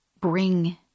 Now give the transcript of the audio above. bring